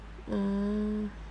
mm